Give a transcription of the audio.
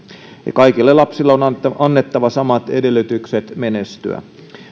kaikille lapsille on on annettava samat edellytykset menestyä